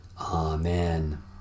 Amen